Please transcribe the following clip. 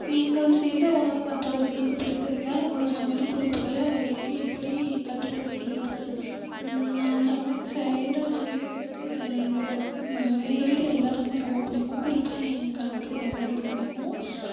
நீங்கள் செய்த உணவு மற்றவர்களுக்கு பிடித்திருந்தால் உங்கள் சமையல் குறிப்புகளை அவர்களுக்கு எப்படி கற்றுக்கொடுக்கிறீர்கள் நான் சம செய்கிற சமையல் வந்துட்டு என்னோட எங்கள் வீட்டில் எல்லாேருக்குமே ரொம்ப பிடிக்கும் குறிப்பாக என் கணவருக்கு ரொம்ப ரொம்ப பிடிக்கும்